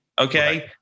okay